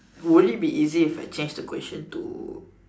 would it be easy if I change the question to